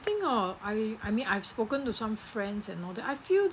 I think uh I I mean I've spoken to some friends and all that I feel